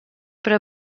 però